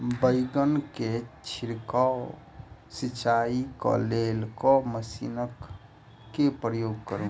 बैंगन केँ छिड़काव सिचाई केँ लेल केँ मशीन केँ प्रयोग करू?